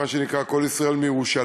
או את מה שנקרא "קול ישראל מירושלים",